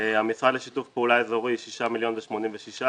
המשרד לשיתוף פעולה אזורי - 6 מיליון ו-86,000.